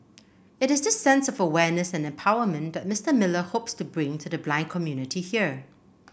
it is this sense of awareness and empowerment that Mister Miller hopes to bring to the blind community here